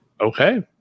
Okay